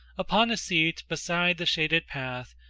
upon a seat beside the shaded path,